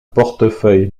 portefeuille